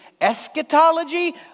eschatology